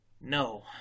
No